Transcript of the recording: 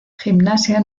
gimnasia